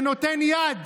שנותן יד